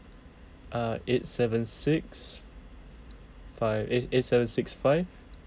uh eight seven six five eh eight seven six five